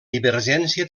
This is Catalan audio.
divergència